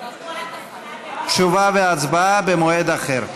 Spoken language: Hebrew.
תשובה והצבעה במועד אחר.